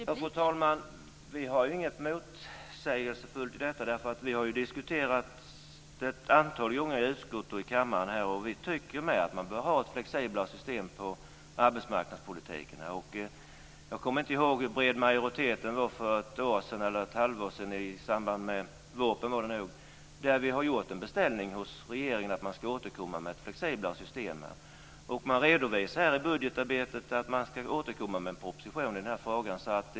Fru talman! Vi har ingen motsättning i detta. Det har diskuterats ett antal gånger i utskottet och här i kammaren. Vi tycker att man bör ha ett flexiblare system i arbetsmarknadspolitiken. Jag kommer inte ihåg hur bred majoriteten var för ett år sedan eller ett halvår sedan i samband med jag tror det var vårpropositionen. Riksdagen har gjort en beställning hos regeringen att den ska återkomma med flexiblare system. Regeringen redovisar i budgetarbetet att man ska återkomma med en proposition i den frågan.